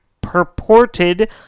purported